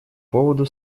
поводу